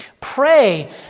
Pray